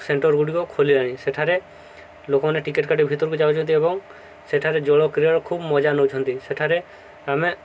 centre ଗୁଡ଼ିକ ଖୋଲିଲାଣି ସେଠାରେ ଲୋକମାନେ ଟିକେଟ କାଟି ଭିତରକୁ ଯାଉଛନ୍ତି ଏବଂ ସେଠାରେ ଜଳ କ୍ରିୟାର ଖୁବ ମଜା ନଉଛନ୍ତି ସେଠାରେ ଆମେ